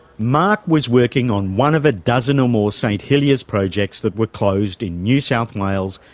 mark was working on one of a dozen or more st hilliers projects that were closed in new south wales,